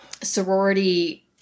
sorority